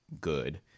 good